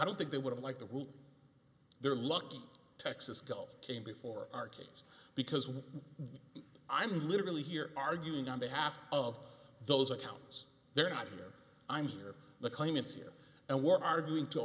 don't think they would have liked the rule their lucky texas cult came before our case because i'm literally here arguing on behalf of those accounts they're not here i'm here the claimants here and we're arguing to